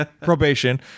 probation